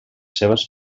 seves